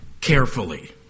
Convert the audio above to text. carefully